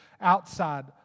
outside